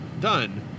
Done